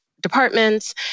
departments